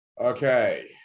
Okay